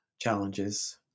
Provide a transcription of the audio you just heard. challenges